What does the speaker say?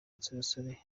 nsoresore